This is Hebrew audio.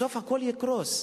בסוף הכול יקרוס.